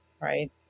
right